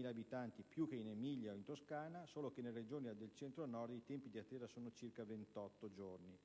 56.000 abitanti, quindi più che in Emilia o in Toscana. Solo che nelle Regioni del Centro-Nord i tempi di attesa sono circa 28 giorni